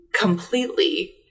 completely